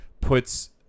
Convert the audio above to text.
puts